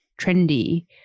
trendy